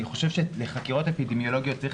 אני חושב שלחקירות אפידמיולוגיות צריך